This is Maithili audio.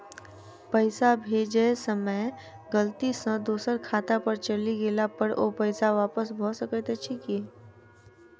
पैसा भेजय समय गलती सँ दोसर खाता पर चलि गेला पर ओ पैसा वापस भऽ सकैत अछि की?